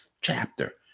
chapter